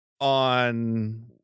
on